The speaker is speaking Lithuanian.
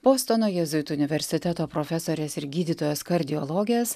bostono jėzuitų universiteto profesorės ir gydytojos kardiologės